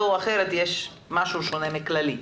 או אחרת יש משהו שונה מהקבוצה הכללית.